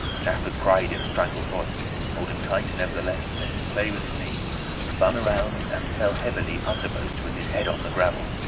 jaffers cried in a strangled voice holding tight, nevertheless, and making play with his knee spun around, and fell heavily undermost with his head on the gravel.